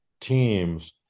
teams